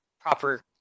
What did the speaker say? proper